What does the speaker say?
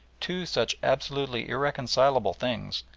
two such absolutely irreconcilable things,